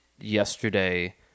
yesterday